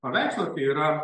paveikslą tai yra